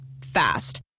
Fast